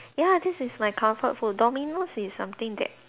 ya this is my comfort food Domino's is something that